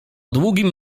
długim